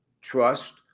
trust